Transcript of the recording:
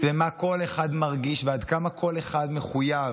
ומה כל אחד מרגיש ועד כמה כל אחד מחויב